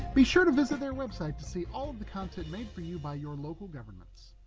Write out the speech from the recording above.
be sure to visit their website to see all of the content made for you by your local governments.